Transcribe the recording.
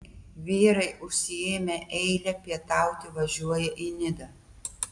vyrai užsiėmę eilę pietauti važiuoja į nidą